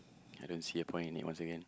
I don't see a point in it once again